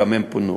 גם הם פונו.